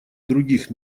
других